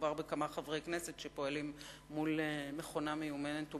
כשמדובר בכמה חברי כנסת שפועלים מול מכונה מיומנת ומשומנת,